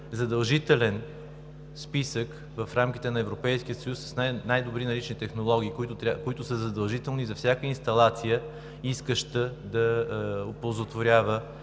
задължителен списък в рамките на Европейския съюз с най-добри налични технологии, които са задължителни за всяка инсталация, искаща да оползотворява